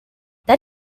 then